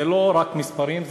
הוא לא רק מספרים,